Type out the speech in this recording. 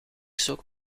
zoek